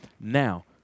Now